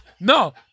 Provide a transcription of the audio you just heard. no